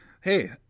Hey